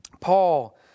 Paul